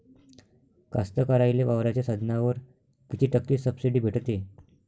कास्तकाराइले वावराच्या साधनावर कीती टक्के सब्सिडी भेटते?